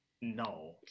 No